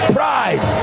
pride